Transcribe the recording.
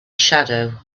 shadow